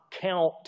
count